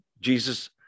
Jesus